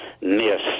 miss